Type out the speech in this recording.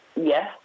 yes